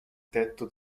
tetto